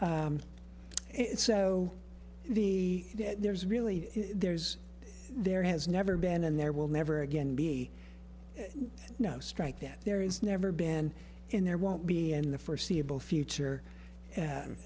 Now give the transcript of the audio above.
so the there's really there's there has never been and there will never again be no strike that there is never been in there won't be and the for seeable future